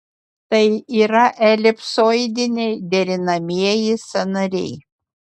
tai yra elipsoidiniai derinamieji sąnariai